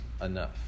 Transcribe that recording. enough